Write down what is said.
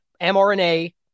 MRNA